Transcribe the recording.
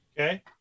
Okay